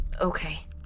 Okay